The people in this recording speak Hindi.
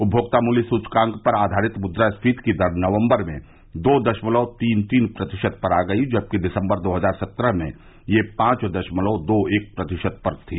उपमोक्ता मूल्य सूचकांक पर आधारित मुद्रा स्फीति की दर नवम्बर में दो दशमलव तीन तीन प्रतिशत पर आ गई जबकि दिसंबर दो हजार सत्रह में यह पांच दशमलव दो एक प्रतिशत पर थी